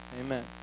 Amen